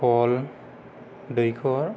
call दैखर